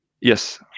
Yes